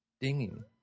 dinging